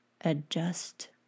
adjust